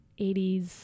80s